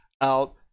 out